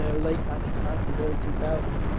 ah late nineteen ninety s, early two thousand